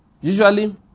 Usually